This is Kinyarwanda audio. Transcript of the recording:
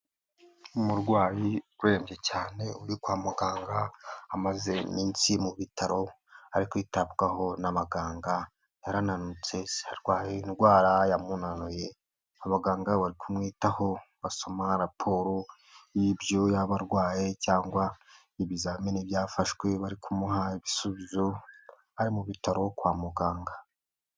Umurwayi urembye cyane uri kwa muganga, amaze iminsi mu bitaro ari kwitabwaho n'abaganga, yarananutse arwaye indwara yamunuye, abaganga bari kumwitaho basoma raporo y'ibyo yaba arwaye, cyangwa ibizamini byafashwe bari kumuha ibisubizo, ari mu bitaro kwa muganga.